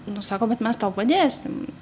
nu sako bet mes tau padėsim